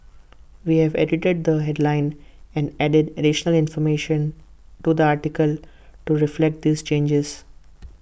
we have edited the headline and added additional information to the article to reflect these changes